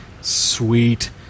Sweet